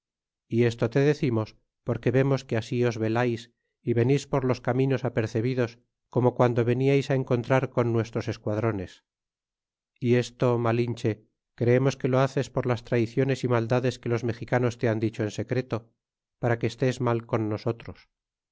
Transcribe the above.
y esto te decimos porque vemos que así os velais y venis por los caminos apercebidos como guando veníais encontrar con nuestros esquadrones y esto malinche creemos que lo haces por las traiciones y maldades que los mexicanos te han dicho en secreto para que estés mal con nosotros